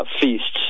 feasts